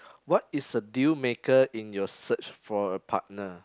what is a deal maker in your search for a partner